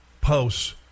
posts